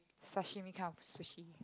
sashimi kind of sushi